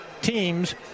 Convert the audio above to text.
teams